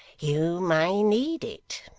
you may need it